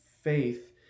faith